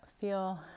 feel